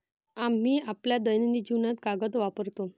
आम्ही आपल्या दैनंदिन जीवनात कागद वापरतो